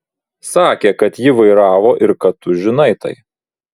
sakė kad jį vairavo ir kad tu žinai tai